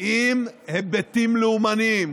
עם היבטים לאומניים,